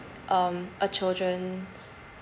um a children's